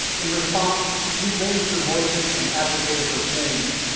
in response, you've raised your voices and advocated for change,